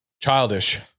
Childish